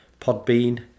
Podbean